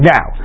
Now